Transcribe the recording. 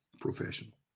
professional